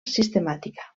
sistemàtica